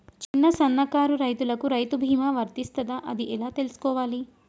చిన్న సన్నకారు రైతులకు రైతు బీమా వర్తిస్తదా అది ఎలా తెలుసుకోవాలి?